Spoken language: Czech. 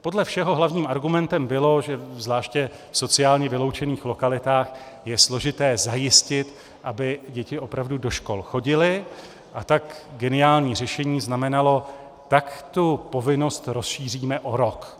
Podle všeho hlavním argumentem bylo, že zvláště v sociálně vyloučených lokalitách je složité zajistit, aby děti opravdu do škol chodily, a tak geniální řešení znamenalo: tak tu povinnost rozšíříme o rok.